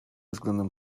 względem